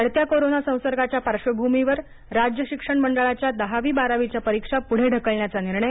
वाढत्या कोरोना संसर्गाच्या पार्श्वभूमीवर राज्य शिक्षण मंडळाच्या दहावी बारावीच्या परीक्षा पुढे ढकलण्याचा निर्णय